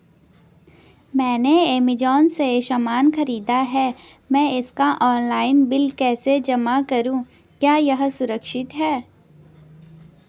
मैंने ऐमज़ान से सामान खरीदा है मैं इसका ऑनलाइन बिल कैसे जमा करूँ क्या यह सुरक्षित है?